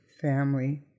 family